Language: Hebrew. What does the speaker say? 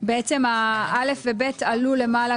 - בעצם (א) ו-(ב) עלו למעלה,